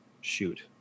shoot